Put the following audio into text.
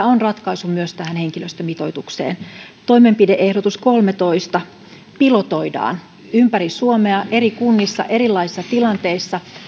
on ratkaisu myös tähän henkilöstömitoitukseen toimenpide ehdotus kolmeentoista pilotoidaan ympäri suomea eri kunnissa erilaisissa tilanteissa